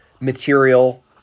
material